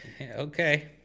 Okay